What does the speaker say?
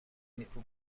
نیکو